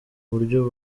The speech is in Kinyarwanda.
buryo